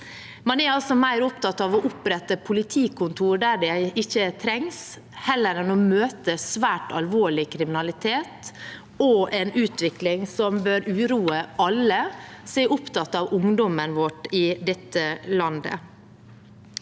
Man er altså mer opptatt av å opprette politikontor der det ikke trengs, enn av å møte svært alvorlig kriminalitet og en utvikling som bør uroe alle som er opptatt av ungdom i dette landet.